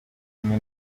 kumi